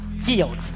Healed